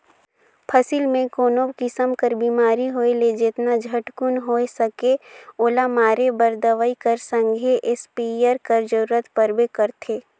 फसिल मे कोनो किसिम कर बेमारी होए ले जेतना झटकुन होए सके ओला मारे बर दवई कर संघे इस्पेयर कर जरूरत परबे करथे